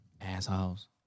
Assholes